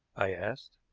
i asked.